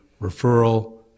Referral